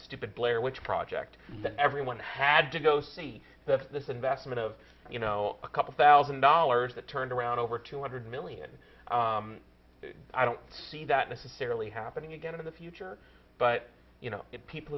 stupid blair witch project that everyone had to go see the this investment of you know a couple thousand dollars that turned around over two hundred million i don't see that necessarily happening again in the future but you know it people